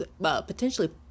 potentially